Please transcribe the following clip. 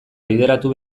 bideratu